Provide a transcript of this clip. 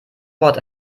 wort